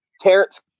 Terrence